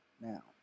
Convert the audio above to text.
now